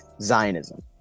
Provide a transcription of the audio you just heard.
Zionism